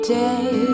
day